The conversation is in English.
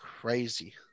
crazy